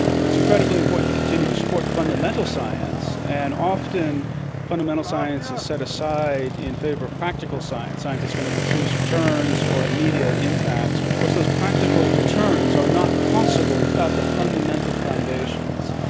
you know it's incredibly important to continue to support fundamental science. and often fundamental science is set aside in favour of practical science, science that's going to produce returns or immediate impacts, but of course those practical returns are not possible without the fundamental foundations.